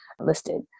listed